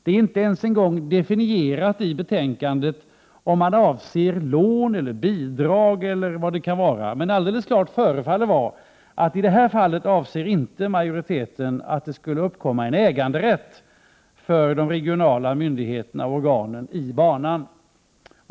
Det är inte ens en gång definierat i betänkandet om man avser lån eller bidrag, men alldeles klart förefaller vara att majoriteten i det här fallet inte avser att det skulle uppkomma äganderätt till banan för de regionala myndigheterna och organen.